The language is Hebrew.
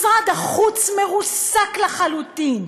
משרד החוץ מרוסק לחלוטין.